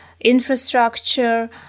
infrastructure